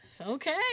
Okay